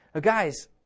Guys